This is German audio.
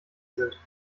sind